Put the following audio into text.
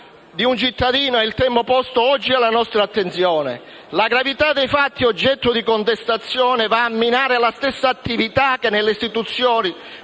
La gravità dei fatti oggetto di contestazione va a minare la stessa attività che nelle istituzioni,